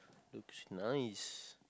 looks nice